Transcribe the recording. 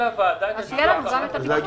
לחודש, אז שיהיה לנו גם הדיווח.